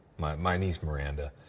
my my niece, miranda,